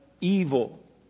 evil